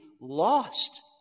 lost